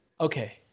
Okay